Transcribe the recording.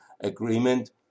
Agreement